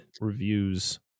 reviews